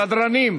סדרנים,